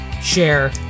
share